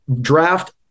draft